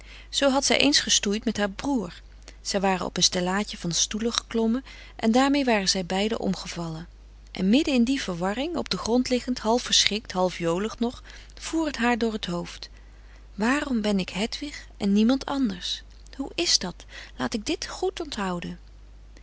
zoo had zij eens gestoeid met haar broer zij waren op een stellaadje van stoelen geklommen en daarmee waren zij beiden omgevallen en midden in die verwarring op den grond liggend half verschrikt half jolig nog voer het haar door t hoofd waarom ben ik hedwig en niemand anders hoe is dat laat frederik van eeden van de koele meren des doods ik dit goed onthouden